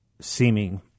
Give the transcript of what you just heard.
seeming